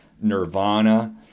nirvana